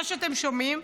מה שאתם שומעים,